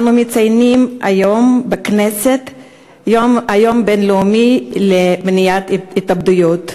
אנו מציינים היום בכנסת את היום הבין-לאומי למניעת התאבדויות,